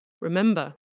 Remember